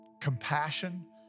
compassion